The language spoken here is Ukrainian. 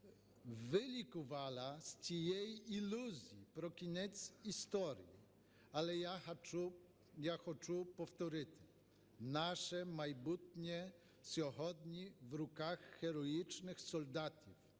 вилікувала з цієї ілюзії про кінець історії. Але я хочу повторити: наше майбутнє сьогодні в руках героїчних солдатів,